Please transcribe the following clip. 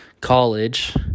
college